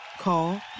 Call